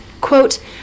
Quote